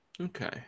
Okay